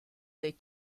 dei